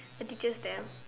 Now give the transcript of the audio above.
the teachers there